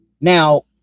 Now